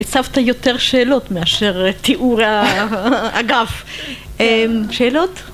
‫הצבת יותר שאלות מאשר תיאור הגף. ‫שאלות?